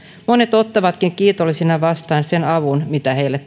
monet ottavatkin kiitollisina vastaan sen avun mitä heille